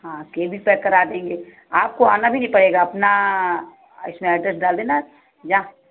हाँ केक भी पैक करा देंगे आपको आना भी नहीं पड़ेगा अपना इसमें एड्रेस डाल देना जहाँ